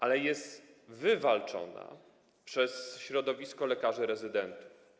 Ale jest ona wywalczona przez środowisko lekarzy rezydentów.